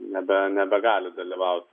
nebe nebegali dalyvaut